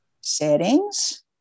Settings